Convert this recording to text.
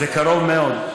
זה קרוב מאוד,